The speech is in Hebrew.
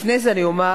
לפני זה אני אומר,